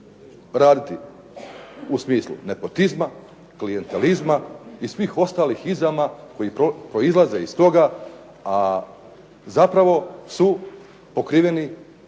raditi u smislu nepotizma, klijentalizma i svih ostalih izama koje proizlaze iz toga, a zapravo su pokriveni